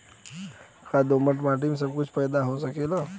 का दोमट माटी में सबही कुछ पैदा हो सकेला?